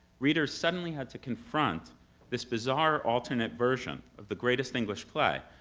readers suddenly had to confront this bizarre alternate version of the greatest english play,